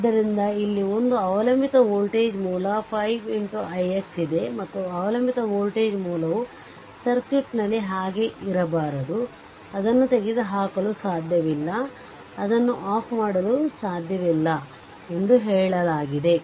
ಆದ್ದರಿಂದ ಇಲ್ಲಿ ಒಂದು ಅವಲಂಬಿತ ವೋಲ್ಟೇಜ್ ಮೂಲ 5 ix ಇದೆ ಮತ್ತು ಅವಲಂಬಿತ ವೋಲ್ಟೇಜ್ ಮೂಲವು ಸರ್ಕ್ಯೂಟ್ನಲ್ಲಿ ಹಾಗೇ ಇರಬಾರದು ಅದನ್ನು ತೆಗೆದುಹಾಕಲು ಸಾಧ್ಯವಿಲ್ಲ ಅದನ್ನು ಆಫ್ ಮಾಡಲು ಸಾಧ್ಯವಿಲ್ಲ ಎಂದು ಹೇಳಲಾಗಿದೆ